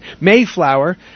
Mayflower